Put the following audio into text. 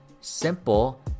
simple